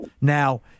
now